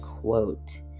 quote